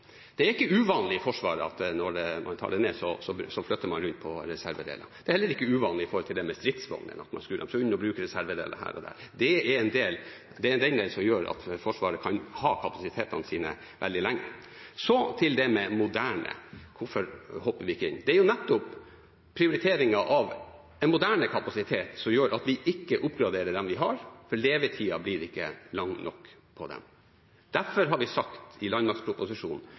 Det er ikke uvanlig i Forsvaret at når man trapper ned, så flytter man rundt på reservedeler. Det er heller ikke uvanlig når det gjelder stridsvogner, at man bruker reservedeler her og der. Det er det som gjør at Forsvaret kan ha kapasitetene sine veldig lenge. Så til det med «moderne», hvorfor vi ikke hopper inn. Det er nettopp prioriteringen av en moderne kapasitet som gjør at vi ikke oppgraderer de stridsvognene vi har, for levetiden blir ikke lang nok på dem. Derfor har vi sagt i landmaktproposisjonen